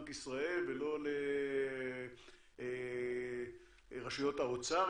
לא בין בנק ישראל ולא לרשויות האוצר,